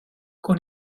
con